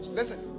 Listen